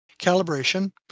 calibration